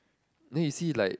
then you see like